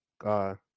God